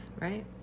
right